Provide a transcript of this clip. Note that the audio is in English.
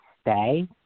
Stay